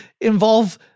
involve